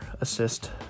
assist